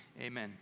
Amen